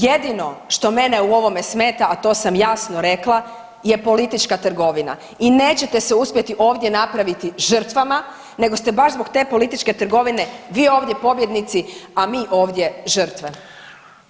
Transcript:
Jedino što mene u ovome smeta, a to sam jasno rekla, je politička trgovina i nećete se uspjeti ovdje napraviti žrtvama nego ste baš zbog te političke trgovine vi ovdje pobjednici, a mi ovdje žrtve.